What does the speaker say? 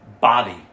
body